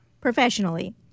Professionally